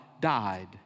died